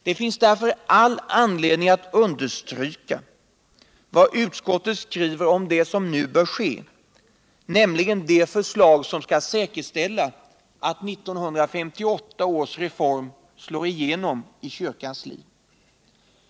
Det finns därför all anledning att understryka vad utskottet skriver om det som nu bör ske, nämligen framläggandet av de förslag som skull säkerställa att 1958 års reform slår igenom i kyrkans liv.